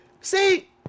See